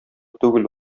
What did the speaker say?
түгел